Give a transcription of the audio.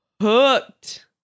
hooked